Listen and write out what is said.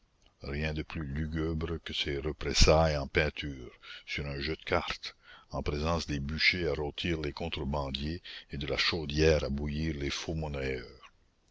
rien de plus lugubre que ces représailles en peinture sur un jeu de cartes en présence des bûchers à rôtir les contrebandiers et de la chaudière à bouillir les